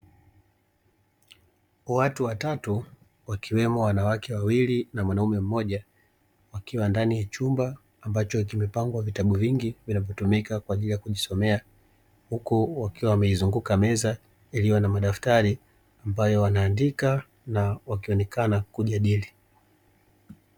Watu watatu wakiwemo wanawake wawili na mwanaume mmoja, wakiwa ndani ya chumba ambacho kimepangwa vitabu vingi vinavyotumika kwa aijili ya kujisomea; huku wakiwa wamaeizunguka meza iliyo na madaftari ambayo wanaandika na wakionekana kujadili.